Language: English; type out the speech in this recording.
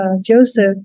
Joseph